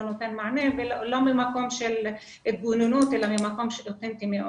נותן מענה ולא ממקום של התבוננות אלא ממקום של אותנטי מאוד,